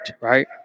Right